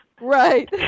Right